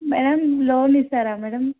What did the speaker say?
madam loan ఇస్తారా madam